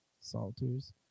Salters